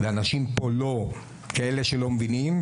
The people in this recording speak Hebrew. ואנשים פה לא כאלה שלא מבינים,